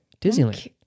Disneyland